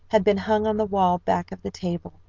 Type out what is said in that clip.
had been hung on the wall back of the table.